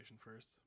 first